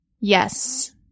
yes